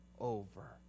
over